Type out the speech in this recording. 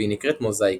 והיא נקראת מוזאיקה.